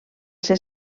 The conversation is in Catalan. ser